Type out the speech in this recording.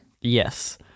Yes